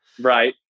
right